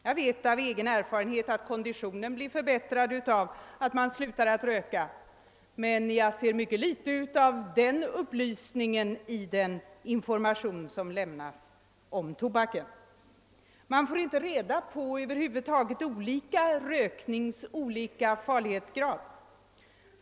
Jag vet av egen erfarenhet att konditionen blir förbättrad av att man slutar att röka, men jag ser mycket litet av den upplysningen i den information som lämnas om tobaken. Man får över huvud taget inte reda på olika rökningsformers olika farlighetsgrad.